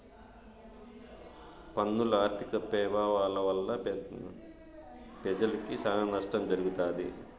పన్నుల ఆర్థిక పెభావాల వల్ల పెజలకి సానా నష్టం జరగతాది